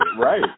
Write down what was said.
Right